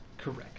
Correct